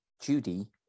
Judy